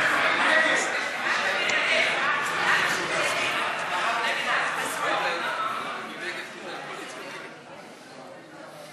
ההצעה להסיר מסדר-היום את הצעת חוק איסור